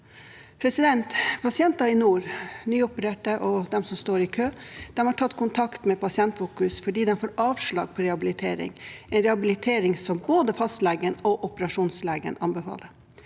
rapport. Pasienter i nord, nyopererte og de som står i kø, har tatt kontakt med Pasientfokus fordi de får avslag på rehabilitering, en rehabilitering som både fastlegen og operasjonslegen anbefaler.